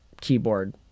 keyboard